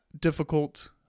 difficult